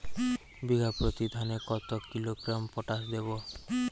বিঘাপ্রতি ধানে কত কিলোগ্রাম পটাশ দেবো?